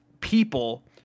people